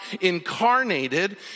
incarnated